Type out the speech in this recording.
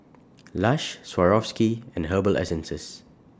Lush Swarovski and Herbal Essences